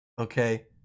Okay